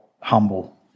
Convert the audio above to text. humble